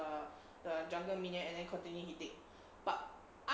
err the jungle minion and then continue hitting but